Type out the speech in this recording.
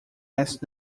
ask